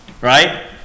right